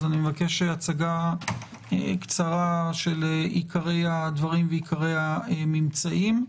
אני מבקש הצגה קצרה של עיקרי הדברים ועיקרי הממצאים.